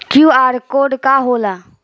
QR code का होला?